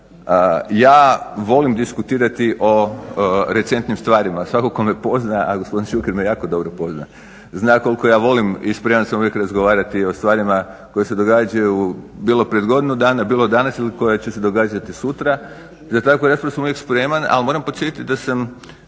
Ja volim diskutirati o recentnim stvarima, svatko tko me pozna, a gospodin Šuker me jako dobro pozna, zna koliko ja volim i spreman sam uvijek razgovarati o stvarima koje se događaju, bilo pred godinu dana, bilo danas ili koje će se događati sutra. Za takvu raspravu sam uvijek spreman. Ali moram podsjetiti da sam